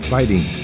Fighting